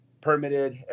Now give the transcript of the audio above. permitted